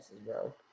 bro